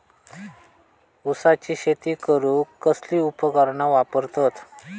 ऊसाची शेती करूक कसली उपकरणा वापरतत?